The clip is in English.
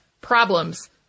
problems